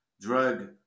drug